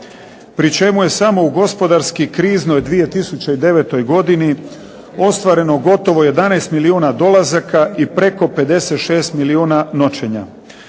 pri čemu je samo u gospodarski kriznoj 2009. godini ostvareno gotovo 11 milijuna dolazaka i preko 56 milijuna noćenja.